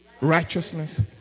Righteousness